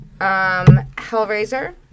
Hellraiser